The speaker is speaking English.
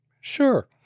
Sure